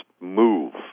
move